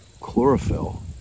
chlorophyll